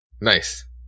Nice